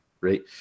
right